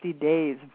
days